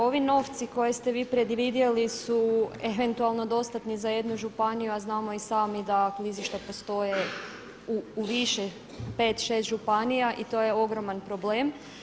Ovi novci koje ste vi predvidjeli su eventualno dostatni iza jednu županiju a znamo i sami da klizišta postoje u više 5, 6 županija i to je ogroman problem.